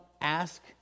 ask